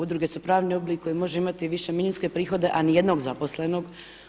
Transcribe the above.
Udruge su pravni oblik koji može imati više milijunske prihode, a nijednog zaposlenog.